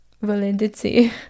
validity